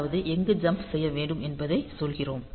அதாவது எங்கு ஜம்ப் செய்ய வேண்டும் என்பதைச் சொல்கிறோம்